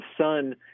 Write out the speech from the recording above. son—